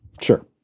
Sure